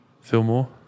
Fillmore